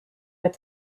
with